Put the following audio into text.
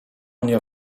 mnie